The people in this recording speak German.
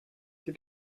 die